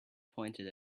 pointed